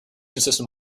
system